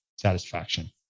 Satisfaction